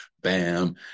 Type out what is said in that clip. Bam